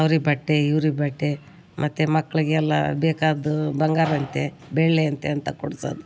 ಅವ್ರಿಗೆ ಬಟ್ಟೆ ಇವ್ರಿಗೆ ಬಟ್ಟೆ ಮತ್ತು ಮಕ್ಕಳಿಗೆಲ್ಲ ಬೇಕಾದ್ದು ಬಂಗಾರ ಅಂತೆ ಬೆಳ್ಳಿ ಅಂತೆ ಅಂತ ಕೊಡ್ಸೋದು